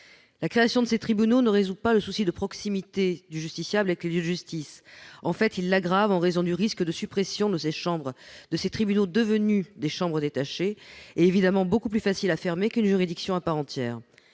La création de ces tribunaux ne permet pas d'assurer la proximité du justiciable avec les lieux de justice. En fait, elle l'aggrave en raison du risque de suppression de ces chambres détachées, beaucoup plus faciles à fermer qu'une juridiction à part entière.